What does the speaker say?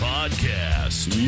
Podcast